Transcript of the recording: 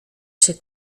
się